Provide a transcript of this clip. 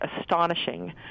astonishing